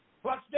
Plus